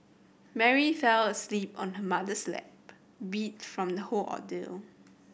Mary fell asleep on her mother's lap beat from the whole ordeal